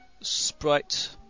Sprite